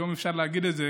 היום אפשר להגיד את זה,